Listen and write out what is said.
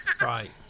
right